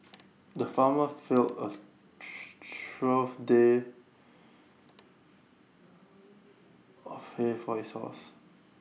the farmer filled A tro trough full day of hay for his horse